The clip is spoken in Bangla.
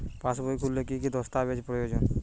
পাসবই খুলতে কি কি দস্তাবেজ প্রয়োজন?